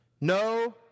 No